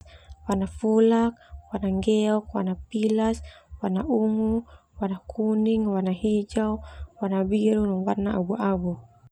Warna Fulak, warna nggeok, warnapilas, warna ungu, warna kuning, warna hijau, warna biru, warna abu-abu.